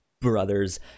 Brothers